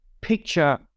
picture